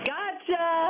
Gotcha